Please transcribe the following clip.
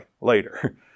later